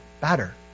better